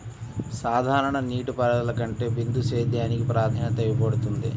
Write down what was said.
సాధారణ నీటిపారుదల కంటే బిందు సేద్యానికి ప్రాధాన్యత ఇవ్వబడుతుంది